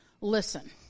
Listen